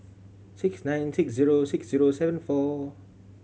six nine six zero six zero seven four